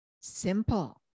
Simple